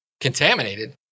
contaminated